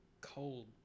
cold